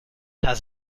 has